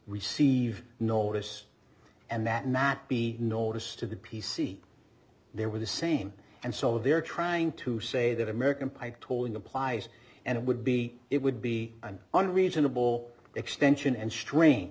receive notice and that not be notice to the p c there were the same and so they're trying to say that american pie tolling applies and it would be it would be an on reasonable extension and strain